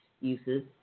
uses